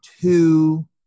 two